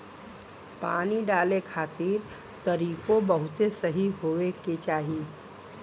पानी डाले खातिर तरीकों बहुते सही होए के चाही